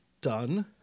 done